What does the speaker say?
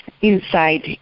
inside